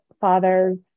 fathers